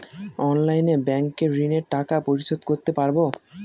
অনলাইনে ব্যাংকের ঋণের টাকা পরিশোধ করতে পারবো?